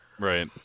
Right